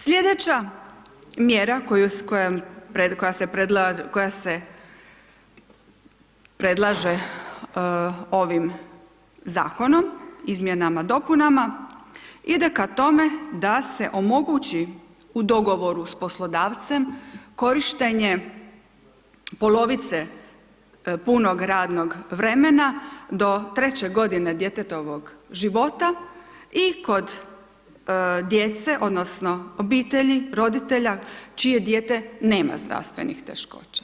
Sljedeća mjera koja se predlaže ovim zakonom, izmjenama i dopunama, ide ka tome da se omogući u dogovoru sa poslodavcem korištenje polovice punog radnog vremena do 3. godine djetetovog života i kod djece, odnosno obitelji, roditelja čije dijete nema zdravstvenih teškoća.